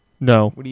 No